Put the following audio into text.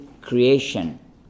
creation